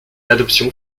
adoption